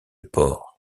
porc